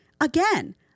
again